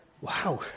wow